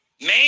man